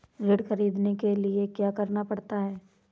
ऋण ख़रीदने के लिए क्या करना पड़ता है?